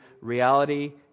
reality